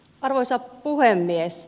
arvoisa puhemies